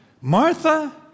Martha